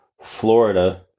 Florida